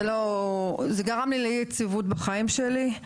זה גרם לי לאי יציבות לחיים שלי.